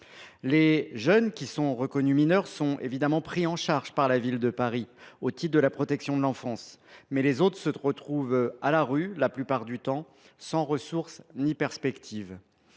Les jeunes qui sont reconnus mineurs sont évidemment pris en charge par la Ville de Paris au titre de la protection de l’enfance, mais les autres se retrouvent à la rue la plupart du temps, sans ressource ni perspective.